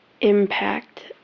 impact